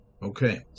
Okay